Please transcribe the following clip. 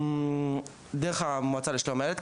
דרך המועצה לשלום הילד,